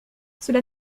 cela